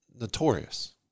notorious